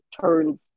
turns